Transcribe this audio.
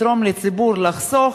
יתרום לציבור לחסוך,